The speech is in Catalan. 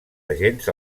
agents